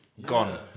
gone